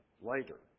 later